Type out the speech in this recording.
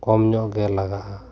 ᱠᱚᱢ ᱧᱚᱜ ᱜᱮ ᱞᱟᱜᱟᱜᱼᱟ